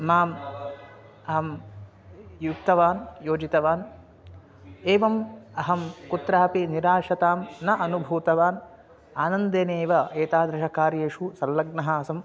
माम् अहं युक्तवान् योजितवान् एवम् अहं कुत्रापि निराशतां न अनुभूतवान् आनन्देनैव एतादृशकार्येषु संल्लग्नः आसं